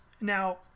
Now